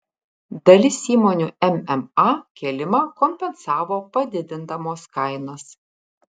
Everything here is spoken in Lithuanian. dalis įmonių mma kėlimą kompensavo padidindamos kainas